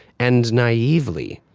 and naively,